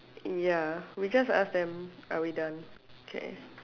ya we just ask them are we done K